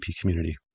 community